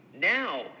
Now